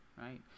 right